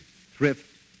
thrift